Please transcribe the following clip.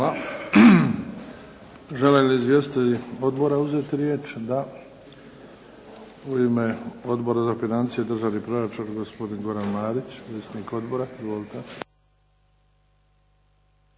Hvala. Žele li izvjestitelji odbora uzeti riječ? Da. U ime Odbor za financije i državni proračun, gospodin Goran Marić, predsjednik odbora. Izvolite.